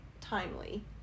timely